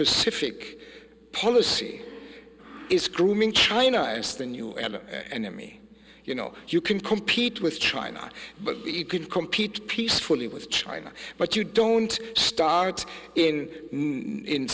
pacific policy is grooming china as the new anime you know you can compete with china but you can compete peacefully with china but you don't start in